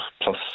plus